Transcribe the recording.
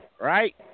right